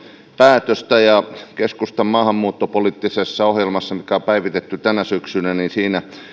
päätöstä keskustan maahanmuuttopoliittisessa ohjelmassa joka on päivitetty tänä syksynä